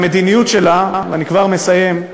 המדיניות שלה, ואני כבר מסיים,